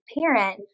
parent